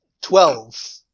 Twelve